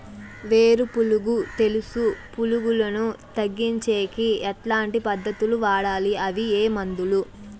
వేరు పులుగు తెలుసు పులుగులను తగ్గించేకి ఎట్లాంటి పద్ధతులు వాడాలి? అవి ఏ మందులు?